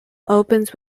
opens